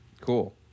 Cool